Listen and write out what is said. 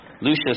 Lucius